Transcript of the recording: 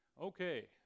Okay